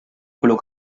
quello